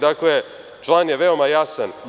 Dakle, član je veoma jasan.